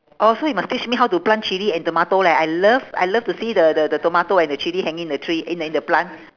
orh so you must teach me how to plant chilli and tomato leh I love I love to see the the the tomato and the chilli hanging in the tree in the in the plant